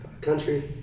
country